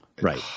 Right